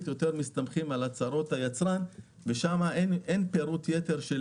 מסתמכים יותר על הצהרות היצרן ושם אין פירוט יתר של